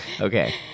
Okay